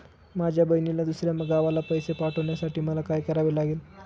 माझ्या बहिणीला दुसऱ्या गावाला पैसे पाठवण्यासाठी मला काय करावे लागेल?